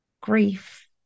Grief